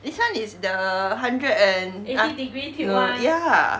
this [one] is the hundred and ah no ya